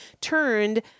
turned